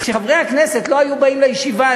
כשחברי הכנסת לא היו באים לישיבה.